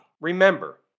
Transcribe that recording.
Remember